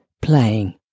playing